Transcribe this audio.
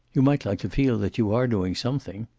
you might like to feel that you are doing something.